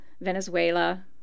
Venezuela